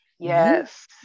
Yes